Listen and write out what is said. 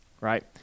right